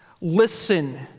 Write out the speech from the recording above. Listen